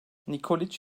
nikoliç